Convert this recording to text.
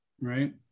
right